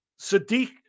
Sadiq